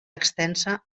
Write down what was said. extensa